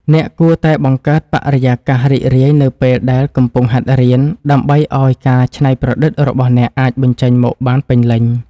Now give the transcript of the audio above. អ្នកគួរតែបង្កើតបរិយាកាសរីករាយនៅពេលដែលកំពុងហាត់រៀន ដើម្បីឱ្យការច្នៃប្រឌិតរបស់អ្នកអាចបញ្ចេញមកបានពេញលេញ។